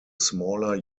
smaller